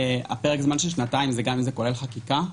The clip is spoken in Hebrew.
של שנתיים כולל חקיקה?